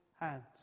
hands